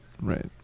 right